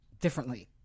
differently